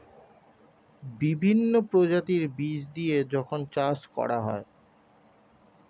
বিভিন্ন প্রজাতির বীজ দিয়ে যখন চাষ করা হয়